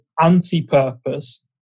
anti-purpose